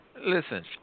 Listen